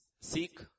seek